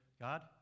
God